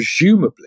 presumably